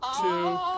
two